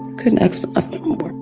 couldn't ask for nothing more